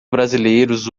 brasileiros